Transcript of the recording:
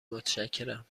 متشکرم